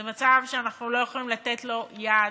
זה מצב שאנחנו לא יכולים לתת לו יד.